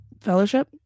fellowship